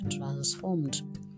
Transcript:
transformed